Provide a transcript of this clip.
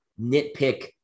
nitpick